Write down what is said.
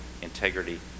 integrity